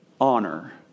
honor